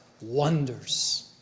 wonders